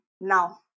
now